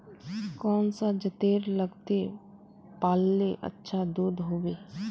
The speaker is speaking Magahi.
कौन सा जतेर लगते पाल्ले अच्छा दूध होवे?